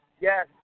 yes